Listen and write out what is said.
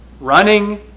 running